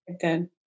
Good